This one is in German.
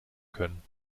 können